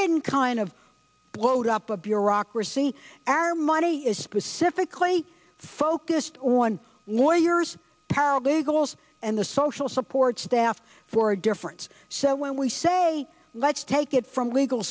didn't kind of bloat up a bureaucracy our money is specifically focused on lawyers paralegals and the social support staff for a difference so when we say let's take it from legal